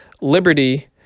Liberty